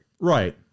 Right